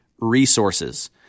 resources